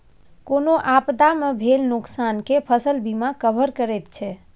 कोनो आपदा मे भेल नोकसान केँ फसल बीमा कवर करैत छै